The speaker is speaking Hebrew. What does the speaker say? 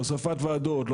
להוספת ועדות,